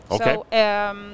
Okay